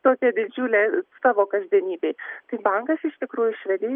tokią didžiulę savo kasdienybėj tai bankas iš tikrųjų švedijoj